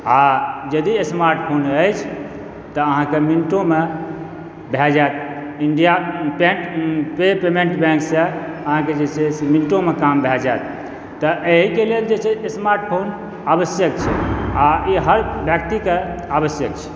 आ यदि smart phone अछि तऽ अहाँके मिनटो मे भए जायत इंडिया बैंक पेमेंट बैंक सॅं अहाँके जे छै से बैंक सॅं मिनटो मे काम भै जैत त अहिके लेल जे छै स्मार्ट फोन आवश्यक छै आ इ हर व्यक्ति के आवश्यक छै